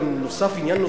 גם נוסף עוד עניין,